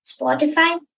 Spotify